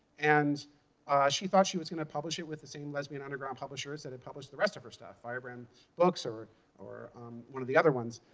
and she thought she was going to publish it with the same lesbian underground publishers that had published the rest of her stuff, firebrand books or or one of the other ones.